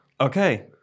Okay